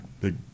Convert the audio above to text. big